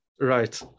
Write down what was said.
Right